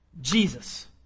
Jesus